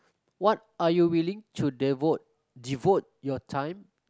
what are you willing to devote devote your time